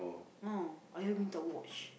ah ayah mintak watch